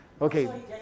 Okay